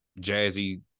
jazzy